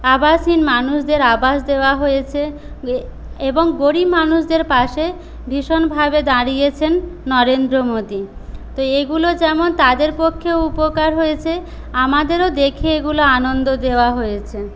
আবাসহীন মানুষদের আবাস দেওয়া হয়েছে এবং গরিব মানুষদের পাশে ভীষণভাবে দাঁড়িয়েছেন নরেন্দ্র মোদী তো এগুলো যেমন তাদের পক্ষে উপকার হয়েছে আমাদেরও দেখে এগুলো আনন্দ দেওয়া হয়েছে